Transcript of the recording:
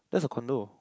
that's a condo